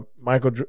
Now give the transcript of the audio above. Michael